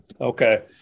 Okay